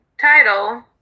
title